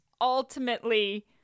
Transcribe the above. ultimately